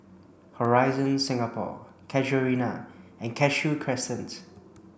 Horizon Singapore Casuarina and Cashew Crescent